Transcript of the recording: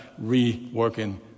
reworking